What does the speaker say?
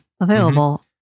available